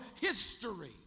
history